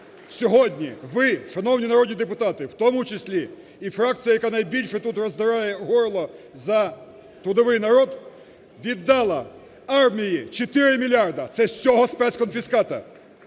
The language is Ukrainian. сьогодні ви, шановні народні депутати, в тому числі фракція, яка найбільше тут роздирає горло за трудовий народ, віддала армії 4 мільярда. Це з цього спецконфіскату.